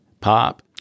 pop